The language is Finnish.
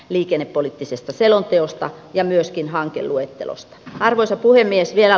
liikennepoliittisesta selonteosta ja myöskin hankeluettelosta arvoisa puhemies vielä